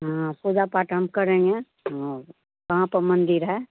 हाँ पूजा पाठ हम करेंगे हाँ वहाँ पर मंदिर है